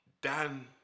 Dan